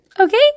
Okay